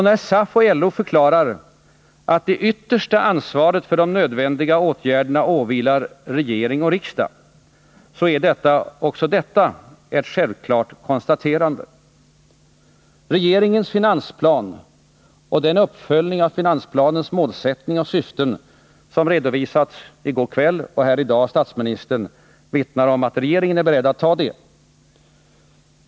När SAF och LO förklarar att det yttersta ansvaret för de nödvändiga åtgärderna åvilar regering och riksdag, så är också det ett självklart konstaterande. Regeringens finansplan och den uppföljning av finansplanens målsättning och syften som redovisats i går kväll och här i dag av statsministern vittnar om att regeringen är beredd att ta det ansvaret.